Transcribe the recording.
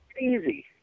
easy